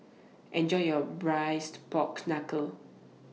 Enjoy your Braised Pork Knuckle